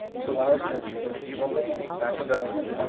till our century, the evil name. machiavellian,